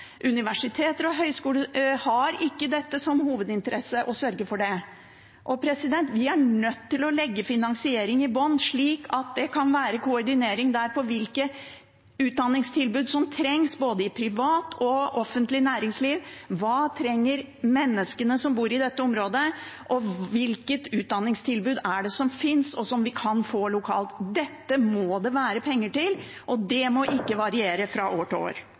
Universiteter og høyskoler har ikke som hovedinteresse å sørge for det. Vi er nødt til å legge finansiering i bunnen, slik at det kan være koordinering av hvilke utdanningstilbud som trengs både i privat og offentlig næringsliv – hva trenger menneskene som bor i dette området, og hvilket utdanningstilbud er det som fins, og som man kan få lokalt? Dette må det være penger til, og det må ikke variere fra år til år.